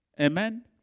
Amen